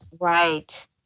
Right